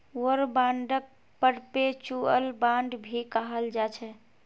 war बांडक perpetual bond भी कहाल जाछे